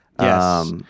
Yes